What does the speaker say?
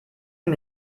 mir